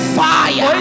fire